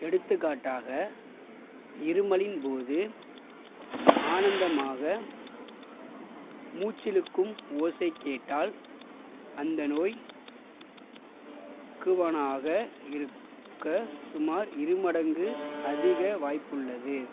எடுத்துக்காட்டாக இருமலின் போது ஆனந்தமாக மூச்சிழுக்கும் ஓசை கேட்டால் அந்த நோய் க்குவானாக இருக்க சுமார் இருமடங்கு அதிக வாய்ப்புள்ளது